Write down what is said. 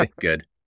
Good